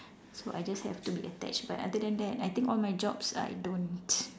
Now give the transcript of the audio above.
so I just have to be attached but other than that I don't